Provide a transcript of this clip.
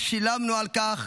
ושילמנו על כך